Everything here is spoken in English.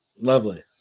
Lovely